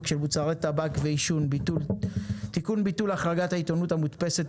של מוצרי טבק ועישון (תיקון - ביטול החרגת העיתונות המודפסת),